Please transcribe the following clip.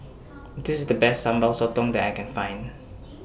This IS The Best Sambal Sotong that I Can Find